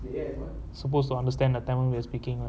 supposed to understand the tamil we are speaking what